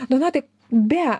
donatai be